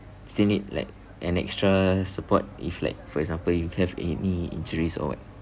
still need like an extra support if like for example you have any injuries or what